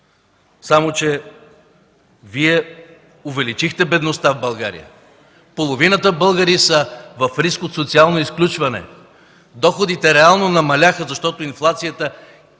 Само че Вие увеличихте бедността в България. Половината българи са в риск от социално изключване. Доходите реално намаляха, защото инфлацията